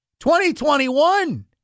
2021